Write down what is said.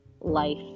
life